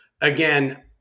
Again